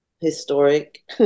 historic